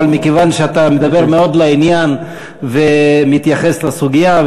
אבל מכיוון שאתה מדבר לעניין ומתייחס לסוגיה,